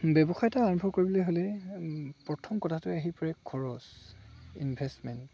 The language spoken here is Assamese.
ব্যৱসায় এটা আৰম্ভ কৰিবলৈ হ'লে প্ৰথম কথাটোৱে আহি পৰে খৰচ ইনভেষ্টমেণ্ট